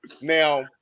Now